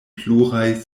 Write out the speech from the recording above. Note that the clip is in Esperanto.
pluraj